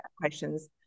questions